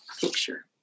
picture